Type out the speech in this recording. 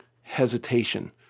hesitation